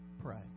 pray